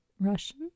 Russian